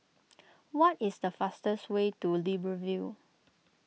what is the fastest way to Libreville